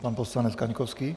Pan poslanec Kaňkovský.